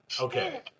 Okay